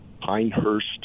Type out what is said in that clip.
Pinehurst